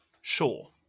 sure